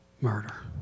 murder